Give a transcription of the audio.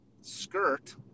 skirt